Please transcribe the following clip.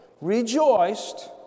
rejoiced